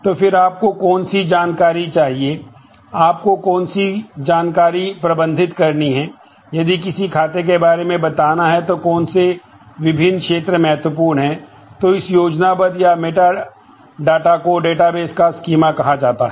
तो ये सभी जानकारी जिसे एक तरह की मेटाडेटा कहा जाता है